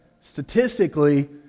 Statistically